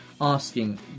asking